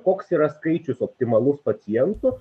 koks yra skaičius optimalus pacientų